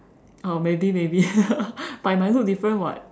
uh maybe maybe but it might look different [what]